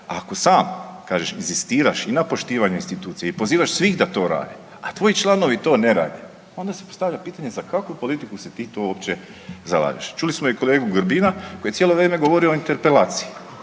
ako sam kažeš i inzistiraš i na poštivanju institucija i pozivaš svih da to rade, a tvoji članovi to ne rade onda se postavlja pitanje za kakvu politiku se ti to uopće zalažeš. Čuli smo i kolegu Grbina koji je cijelo vrijeme govorio o interpelaciji